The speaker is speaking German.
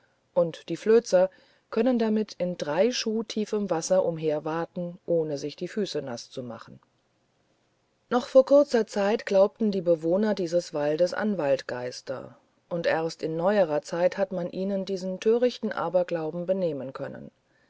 und die flözer können damit in drei schuh tiefem wasser umherwandeln ohne sich die füße naß zu machen noch vor kurzer zeit glaubten die bewohner dieses waldes an waldgeister und erst in neuerer zeit hat man ihnen diesen törichten aberglauben benehmen können